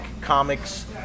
Comics